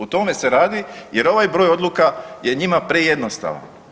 O tome se radi jer ovaj broj odluka je njima prejednostavan.